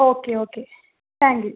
okay okay thank you